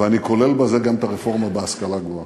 ואני כולל בזה גם את הרפורמה בהשכלה הגבוהה.